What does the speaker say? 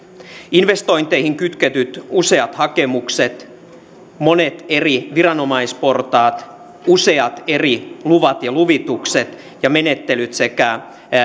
investointeihin kytketyt useat hakemukset monet eri viranomaisportaat useat eri luvat ja luvitukset ja menettelyt sekä